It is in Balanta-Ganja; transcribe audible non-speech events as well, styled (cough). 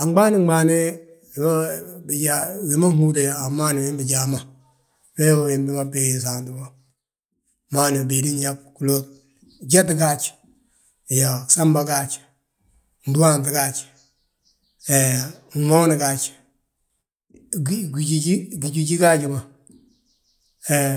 A ɓaalin bimaane, wi ma nhúrni a bimaane wee wi inbinti saanti habo wi ma gbéedi nyaa gúloor. Gyeti gaaj, iyoo, gsaamba gaaj, gdúwaanŧe gaaj, hee gmooni gaaj, (hesitation) gijigi gaaj, hee.